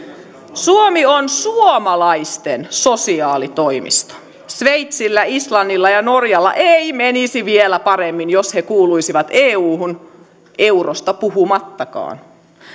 suomi on suomalaisten sosiaalitoimisto sveitsillä islannilla ja norjalla ei menisi vielä paremmin jos he kuuluisivat euhun eurosta puhumattakaan